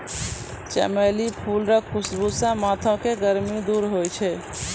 चमेली फूल रो खुशबू से माथो के गर्मी दूर होय छै